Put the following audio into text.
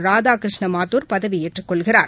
ராதாகிருஷ்ண மாத்துா் பதவியேற்றுக் கொள்கிறார்